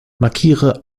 markiere